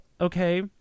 okay